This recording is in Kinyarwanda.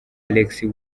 alexis